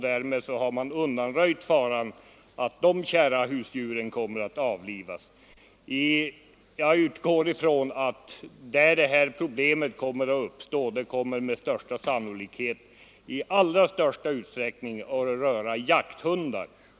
Därmed har man undanröjt faran för att dessa kära husdjur skall avlivas på grund av sådant ofredande. Jag utgår från att den här lagändringen med största sannolikhet huvudsakligen kommer att beröra jakthundar.